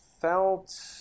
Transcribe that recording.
felt